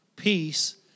peace